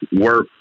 work